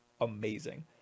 amazing